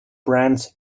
brands